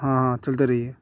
ہاں ہاں چلتے رہیے